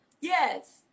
Yes